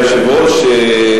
אדוני היושב-ראש,